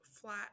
flat